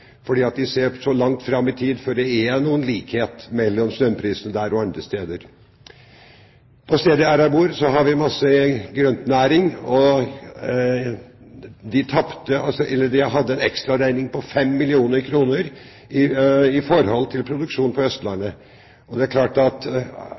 fordi de ser at det er langt fram i tid før det er noen likhet mellom strømprisen der og strømprisen andre steder. På det stedet der jeg bor, er det masse grønn næring, og den hadde en ekstraregning på 5 mill. kr i forhold til produksjonen på